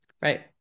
Right